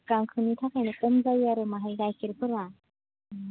गांसोनि थाखायनो खम जायो आरो बाहाय गाइखेरफोरा